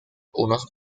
unos